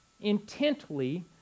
intently